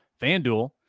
FanDuel